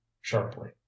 sharply